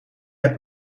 hebt